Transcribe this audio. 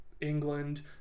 england